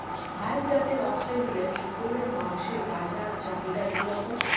ভাল জাতের অস্ট্রেলিয়ান শূকরের মাংসের বাজার চাহিদা কি রকম?